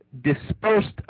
dispersed